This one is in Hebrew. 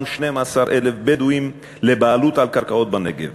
12,000 בדואים לבעלות על קרקעות בנגב.